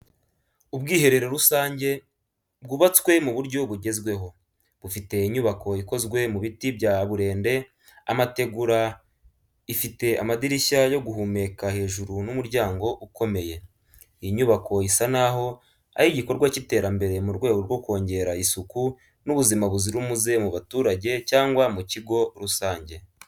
Ubwiherero rusange bwubatswe mu buryo bugezweho, bufite inyubako ikozwe mu biti bya burende, amategura, ifite amadirishya yo guhumeka hejuru n’umuryango ukomeye. Iyi nyubako isa naho ari igikorwa cy’iterambere mu rwego rwo kongera isuku n’ubuzima buzira umuze mu baturage cyangwa mu kigo rusange.